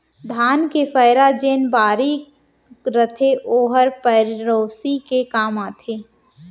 धान के पैरा जेन बारीक रथे ओहर पेरौसी के काम आथे